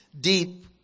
Deep